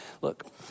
Look